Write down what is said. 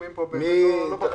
אדוני,